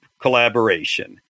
collaboration